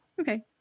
okay